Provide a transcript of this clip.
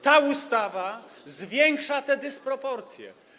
Ta ustawa zwiększa te dysproporcje.